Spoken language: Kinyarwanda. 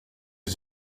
ngo